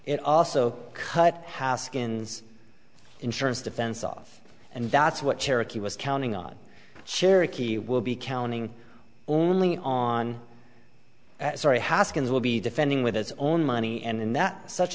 it also cut haskins insurance defense off and that's what cherokee was counting on cherokee will be counting only on that story haskins will be defending with his own money and in that such